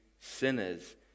sinners